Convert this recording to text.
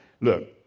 Look